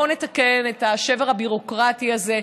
בואו נתקן את השבר הביורוקרטי הזה.